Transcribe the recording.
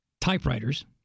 typewriters